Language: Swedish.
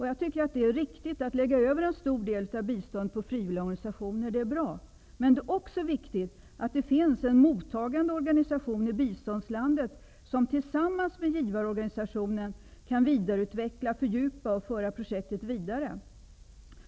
Jag tycker att det är riktigt att lägga över en stor del av biståndet på frivilliga organisationer. Det är bra. Men det är också viktigt att det i biståndslandet finns en mottagande organisation, som tillsammans med givarorganisationen kan vidareutveckla, fördjupa och föra projektet vidare.